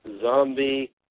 zombie